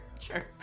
sure